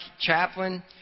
chaplain